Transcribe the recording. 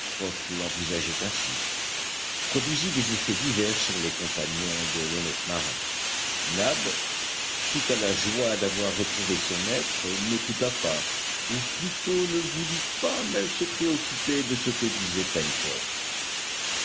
pencroff l'envisageait ainsi produisit des effets divers sur les compagnons de l'honnête marin nab tout à la joie d'avoir retrouvé son maître n'écouta pas ou plutôt ne voulut pas même se préoccuper de ce que disait